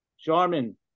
Charmin